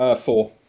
four